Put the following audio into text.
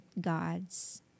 God's